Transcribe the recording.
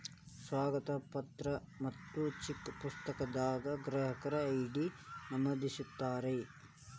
ಸ್ವಾಗತ ಪತ್ರ ಮತ್ತ ಚೆಕ್ ಪುಸ್ತಕದಾಗ ಗ್ರಾಹಕರ ಐ.ಡಿ ನಮೂದಿಸಿರ್ತಾರ